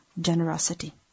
generosity